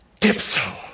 Dipso